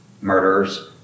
murderers